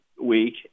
week